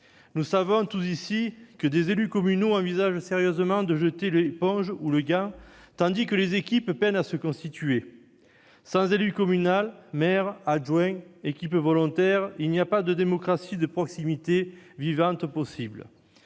Nous le savons tous ici, des élus communaux envisagent sérieusement de jeter l'éponge, tandis que des équipes peinent à se constituer. Sans élu communal- maire, adjoints, équipe volontaire -, il n'y a pas de démocratie de proximité vivante possible.